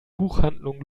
buchhandlung